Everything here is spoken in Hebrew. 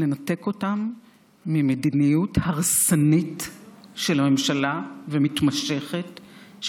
לנתק אותם ממדיניות הרסנית ומתמשכת של הממשלה,